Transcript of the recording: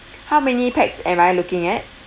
how many pax am I looking at